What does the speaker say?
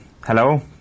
hello